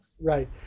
Right